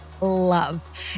love